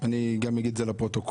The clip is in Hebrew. אני אגיד את זה לפרוטוקול,